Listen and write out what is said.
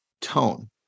tone